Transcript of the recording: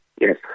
yes